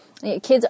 Kids